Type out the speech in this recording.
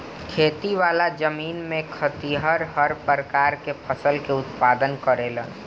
खेती वाला जमीन में खेतिहर हर प्रकार के फसल के उत्पादन करेलन